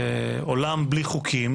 עולם בלי חוקים